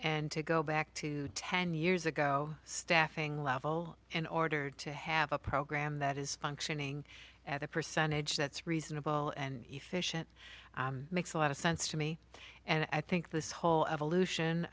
and to go back to ten years ago staffing level in order to have a program that is functioning at a percentage that's reasonable and efficient makes a lot of sense to me and i think this whole evolution